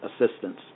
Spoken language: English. assistance